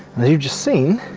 and you've just seen